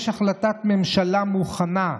יש החלטת ממשלה מוכנה,